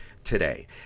today